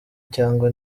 cyangwa